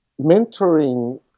Mentoring